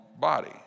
body